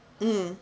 mm